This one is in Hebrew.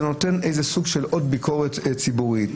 זה נותן סוג של עוד איזה ביקורת ציבורית.